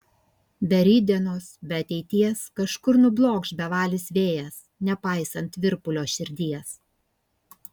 be rytdienos be ateities kažkur nublokš bevalis vėjas nepaisant virpulio širdies